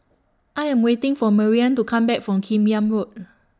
I Am waiting For Marian to Come Back from Kim Yam Road